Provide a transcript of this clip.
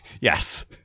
Yes